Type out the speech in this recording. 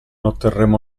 otterremo